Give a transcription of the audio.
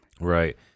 right